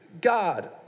God